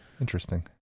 Interesting